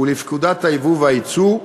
ולפקודת היבוא והיצוא,